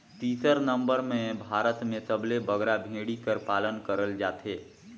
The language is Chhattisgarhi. तीसर नंबर में भारत में सबले बगरा भेंड़ी कर पालन करल जाथे